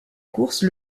course